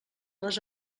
les